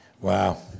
Wow